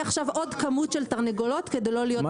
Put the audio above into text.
עכשיו עוד כמות של תרנגולות כדי לא להיות ---?